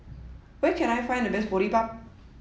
where can I find the best Boribap